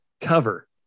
cover